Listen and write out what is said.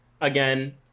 Again